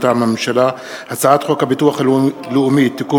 מטעם הממשלה: הצעת חוק הביטוח הלאומי (תיקון